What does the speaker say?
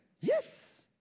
Yes